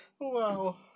Wow